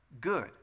good